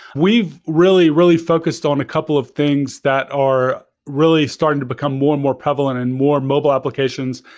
we've really, really focused on a couple of things that are really starting to become more and more prevalent and more mobile applications,